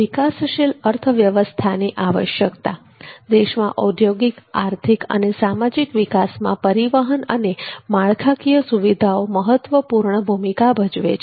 વિકાસશીલ અર્થવ્યવસ્થાની આવશ્યકતા દેશમાં ઔદ્યોગિક આર્થિક અને સામાજિક વિકાસમાં પરિવહન અને માળખાકીય સુવિધાઓ મહત્વપૂર્ણ ભૂમિકા ભજવે છે